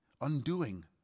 undoing